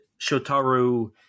Shotaru